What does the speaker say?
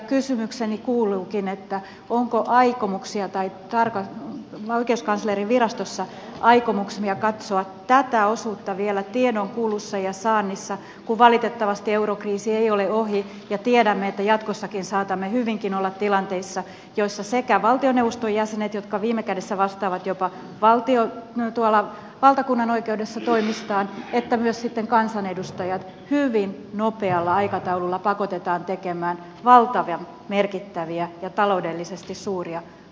kysymykseni kuuluukin onko aikomuksia oikeuskanslerinvirastossa katsoa tätä osuutta vielä tiedonkulussa ja saannissa kun valitettavasti eurokriisi ei ole ohi ja tiedämme että jatkossakin saatamme hyvinkin olla tilanteissa joissa sekä valtioneuvoston jäsenet jotka viime kädessä vastaavat jopa valtakunnan oikeudessa toimistaan että myös sitten kansanedustajat hyvin nopealla aikataululla pakotetaan tekemään valtavan merkittäviä ja taloudellisesti suuria ratkaisuja